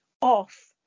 off